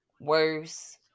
worse